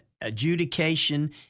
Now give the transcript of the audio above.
adjudication